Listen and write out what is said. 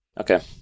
Okay